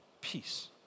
peace